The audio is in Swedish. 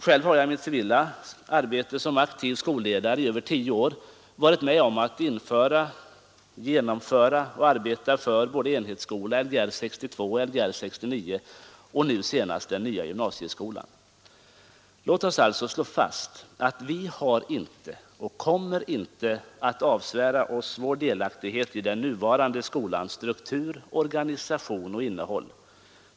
Själv har jag i mitt civila arbete som skolledare i över tio år varit med om att aktivt införa, genomföra och arbeta för enhetsskolan, Lgr 62, Lgr 69 och nu senast den nya gymnasieskolan. Låt oss alltså slå fast att vi inte har avsvurit oss och inte kommer att avsvära oss vår delaktighet i den nuvarande skolans struktur, organisation och innehåll.